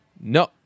No